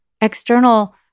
external